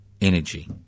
energy